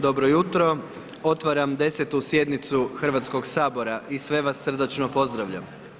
Dobro jutro, otvaram 10. sjednicu Hrvatskog sabora i sve vas srdačno pozdravljam.